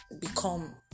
become